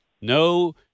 No